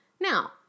Now